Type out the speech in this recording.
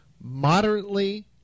moderately